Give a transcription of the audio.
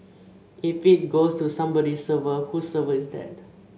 if it goes to somebody's server whose server is that